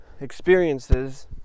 experiences